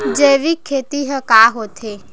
जैविक खेती ह का होथे?